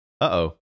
Uh-oh